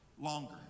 longer